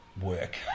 work